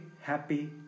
happy